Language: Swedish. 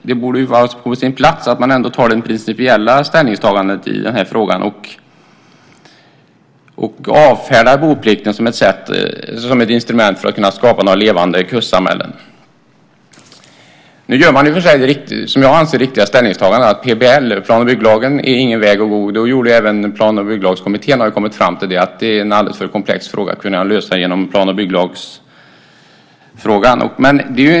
Det borde vara på sin plats att göra ett principiellt ställningstagande i frågan och avfärda boplikten som ett instrument för att skapa levande kustsamhällen. Nu gör man det som jag anser riktiga ställningstagandet att PBL, plan och bygglagen, är ingen väg att gå. Även Plan och bygglagskommittén har kommit fram till att det är en alldeles för komplex fråga att lösa med hjälp av plan och bygglagen.